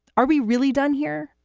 are we really done here?